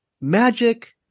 magic